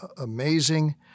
amazing